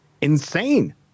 insane